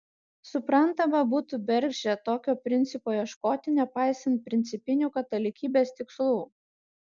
suprantama būtų bergždžia tokio principo ieškoti nepaisant principinių katalikybės tikslų